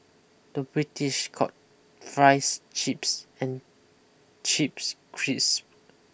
the British calls fries chips and chips crisp